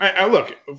Look